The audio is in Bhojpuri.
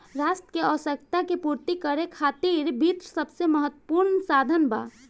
राष्ट्र के आवश्यकता के पूर्ति करे खातिर वित्त सबसे महत्वपूर्ण साधन बा